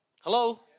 Hello